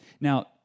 Now